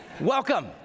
Welcome